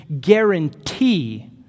guarantee